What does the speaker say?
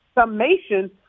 summation